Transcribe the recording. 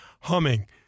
humming